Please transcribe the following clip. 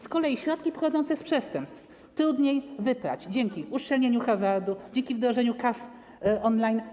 Z kolei środki pochodzące z przestępstw trudniej wyprać dzięki uszczelnieniu hazardu, dzięki wdrożeniu kas on-line.